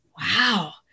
wow